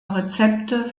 rezepte